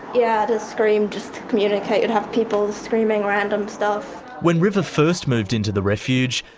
yeah, screaming just to communicate. we have people screaming random stuff. when river first moved into the refuge,